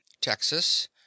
texas